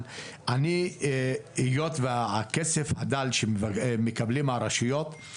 היות והכסף הדל שמקבלים הרשויות,